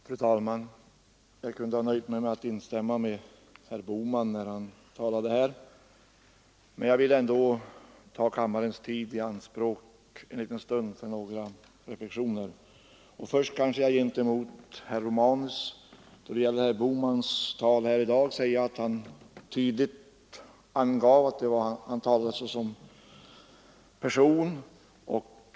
Fru talman! Jag kunde ha nöjt mig med att instämma i vad herr Bohman tidigare anfört, men jag vill ändå ta kammarens tid i anspråk en liten stund för några reflexioner. Då vill jag först säga till herr Romanus, att när herr Bohman talade tidigare i dag angav han klart att han talade som privatman.